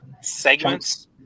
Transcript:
segments